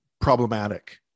problematic